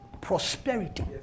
prosperity